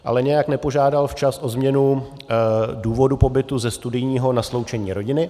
Ale nějak nepožádal včas o změnu důvodu pobytu ze studijního na sloučení rodiny.